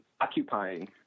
occupying